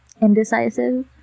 indecisive